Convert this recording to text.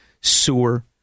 sewer